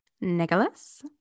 Nicholas